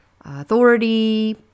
authority